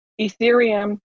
Ethereum